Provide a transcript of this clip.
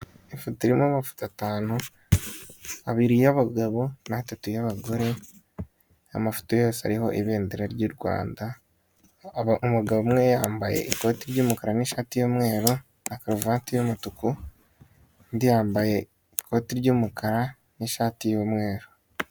Ifoto irimo amafoto atanu: abiri y'abagabo na tatu y'abagore, amafoto yose ariho ibendera ry'u Rwanda, umugabo umwe yambaye ikoti ry'umukara n'ishati y'umweru na karovati y'umutuku, undi yambaye ikoti ry'umukara n'ishati y'umweru.